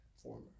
Former